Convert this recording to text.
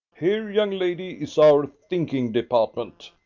here, young lady, is our thinking department.